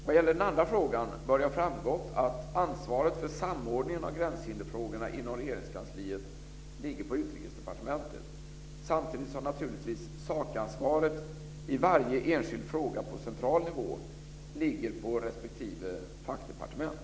Vad gäller den andra frågan bör det ha framgått att ansvaret för samordningen av gränshinderfrågorna inom Regeringskansliet ligger på Utrikesdepartementet, samtidigt som naturligtvis sakansvaret i varje enskild fråga på central nivå ligger på respektive fackdepartement.